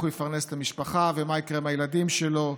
הוא יפרנס את המשפחה ומה יקרה עם הילדים שלו,